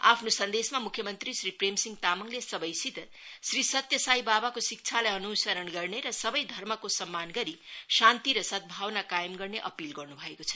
आफ्नो सन्देशमा मुख्य मन्त्री श्री प्रेमसिंह तामाङले सबैसित श्री सत्य साई बाबाको शिक्षालाई अनुसरण गर्ने र सबै धर्मको सम्मान गरी शान्ति र सद्धावना कायम गर्ने अपील गर्नु भएको छ